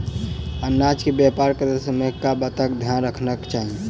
अनाज केँ व्यापार करैत समय केँ बातक ध्यान रखबाक चाहि?